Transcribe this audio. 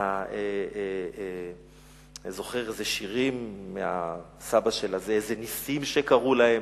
אתה זוכר איזה שירים מהסבא, איזה נסים שקרו להם?